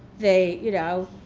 they, you know,